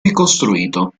ricostruito